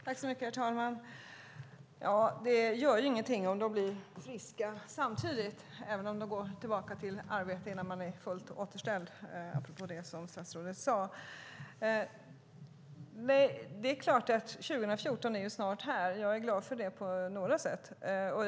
Herr talman! Det gör ju inget om de blir friska samtidigt som de går tillbaka till arbetet innan de är fullt återställda, apropå det som statsrådet sade. År 2014 är snart här. Jag är glad för det i några avseenden.